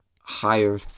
higher